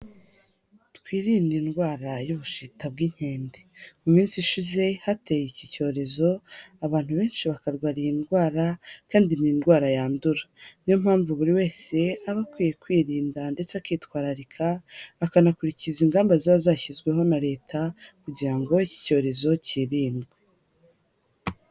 Twirinde indwara y'Ubushita bw'inkende, mu minsi ishize hateye iki cyorezo abantu benshi bakarwara iyi ndwara kandi ni indwara yandura, niyo mpamvu buri wese aba akwiye kwirinda ndetse akitwararika, akanakurikiza ingamba ziba zashyizweho na Leta kugira ngo iki cyorezo kirindwe.